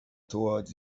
toward